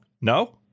No